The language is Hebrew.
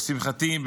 לשמחתי,